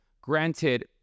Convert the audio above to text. Granted